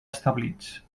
establits